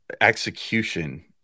execution